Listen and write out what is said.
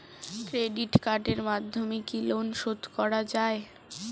Credit কার্ডের মাধ্যমে কি লোন শোধ করা যায়?